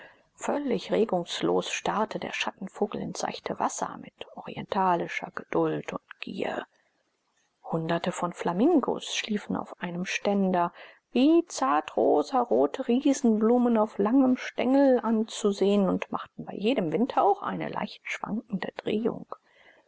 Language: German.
völlig regungslos starrte der schattenvogel ins seichte wasser mit orientalischer geduld und gier hunderte von flamingos schliefen auf einem ständer wie zartrosarote riesenblumen auf langem stengel anzusehen und machten bei jedem windhauch eine leicht schwankende drehung